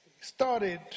started